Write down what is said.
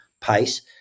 pace